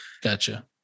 gotcha